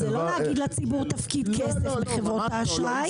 זה לא להגיד לציבור תפקיד כסף בחברות האשראי,